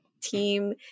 team